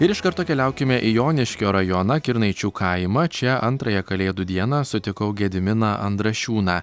ir iš karto keliaukime į joniškio rajoną kirnaičių kaimo čia antrąją kalėdų dieną sutikau gediminą andrašiūną